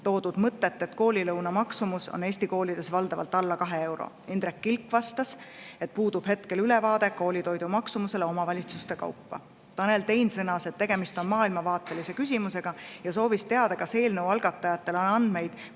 toodud mõtet, et koolilõuna maksumus on Eesti koolides valdavalt alla 2 euro. Indrek Kilk vastas, et hetkel puudub ülevaade koolitoidu maksumusest omavalitsuste kaupa. Tanel Tein sõnas, et tegemist on maailmavaatelise küsimusega, ja soovis teada, kas eelnõu algatajatel on andmeid,